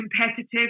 competitive